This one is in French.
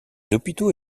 hôpitaux